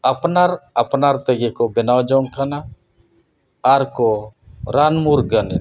ᱟᱯᱱᱟᱨ ᱟᱯᱱᱟᱨ ᱛᱮᱜᱮ ᱠᱚ ᱵᱮᱱᱟᱣ ᱡᱚᱝ ᱠᱟᱱᱟ ᱟᱨ ᱠᱚ ᱨᱟᱱ ᱢᱩᱨᱜᱟᱹᱱᱮᱫ ᱠᱚᱣᱟ